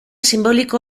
sinboliko